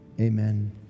amen